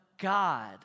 God